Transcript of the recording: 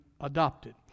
adopted